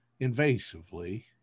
invasively